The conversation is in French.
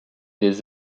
les